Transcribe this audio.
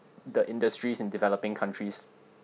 the industries in developing countries